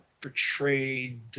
portrayed